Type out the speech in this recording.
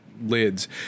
lids